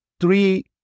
three